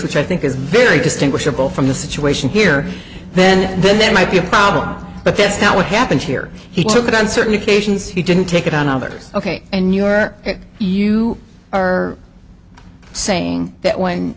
which i think is very distinguishable from the situation here then and then there might be a problem but that's not what happened here he took it on certain occasions he didn't take it on others ok and you are you are saying that one